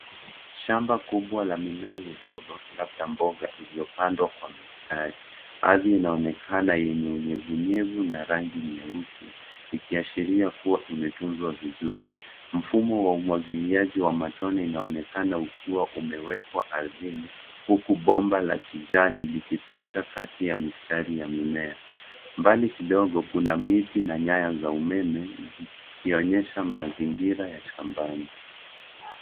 Shamba kubwa la mimea midogo labda mboga, iliopandwa kwa mistrari. Ardhi inaonekana yenye unyevu unyevu na rangi nyeusi, ikiashiria kuwa imetunzwa vizuri. Mfumo wa umwagiliaji wa matone inaonekana ukiwa umewekwa ardhini, huku bomba la kijani likipita kati ya mistrari ya mimea. Mbali kidogo, kuna miti na nyaya za umeme, zikionyesha mazingira ya shambani.